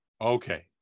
Okay